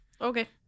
Okay